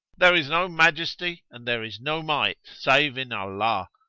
there is no majesty and there is no might save in allah,